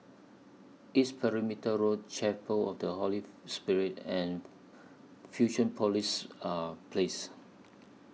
East Perimeter Road Chapel of The Holy Spirit and Fusionopolis Place